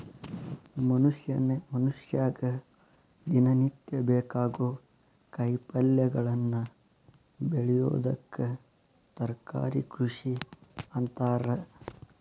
ಮನಷ್ಯಾಗ ದಿನನಿತ್ಯ ಬೇಕಾಗೋ ಕಾಯಿಪಲ್ಯಗಳನ್ನ ಬೆಳಿಯೋದಕ್ಕ ತರಕಾರಿ ಕೃಷಿ ಅಂತಾರ